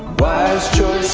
wise choices